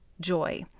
joy